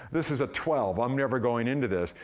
this is a twelve. i'm never going into this.